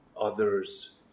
others